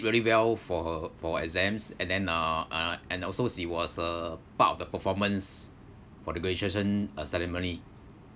really well for her for exams and then uh uh and also she was a part of the performance for the graduation uh ceremony